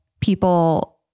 people